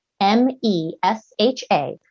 M-E-S-H-A